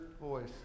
voice